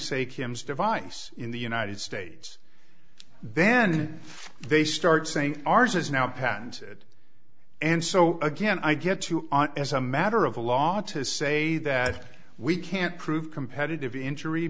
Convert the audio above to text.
say kim's device in the united states then they start saying ours is now patented and so again i get to as a matter of law to say that we can't prove competitive injury